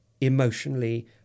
emotionally